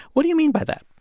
what do you mean by that?